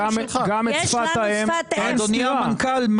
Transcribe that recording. אדוני המנכ"ל,